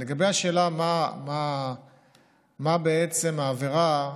לגבי השאלה מה בעצם העבירה,